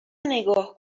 نگاه